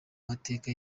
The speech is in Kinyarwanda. mateka